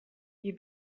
you